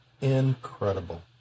Incredible